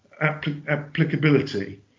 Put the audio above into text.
applicability